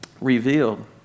revealed